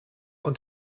und